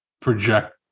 project